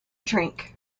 drink